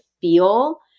feel